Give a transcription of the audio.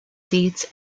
seats